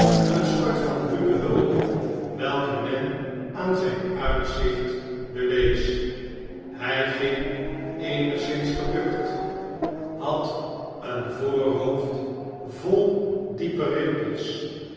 eene sport van ruwe hulde welke men aan zijn uitzicht bewees hij ging eenigszins gebukt had een voorhoofd vol diepe rimpels